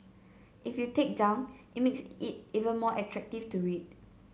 if you take down it makes it even more attractive to read